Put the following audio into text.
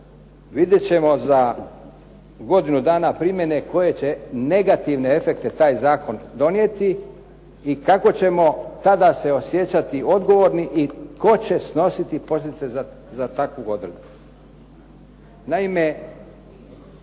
vidjet ćemo za godinu dana primjene koje će negativne efekte taj zakon donijeti i kako ćemo tada se osjećati odgovorni i tko će snositi posljedice za takvu odredbu.